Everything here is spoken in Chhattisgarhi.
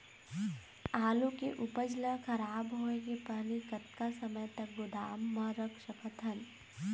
आलू के उपज ला खराब होय के पहली कतका समय तक गोदाम म रख सकत हन?